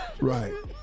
right